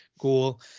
Cool